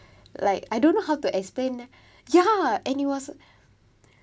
like I don't know how to explain ya and it was